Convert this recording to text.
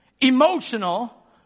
emotional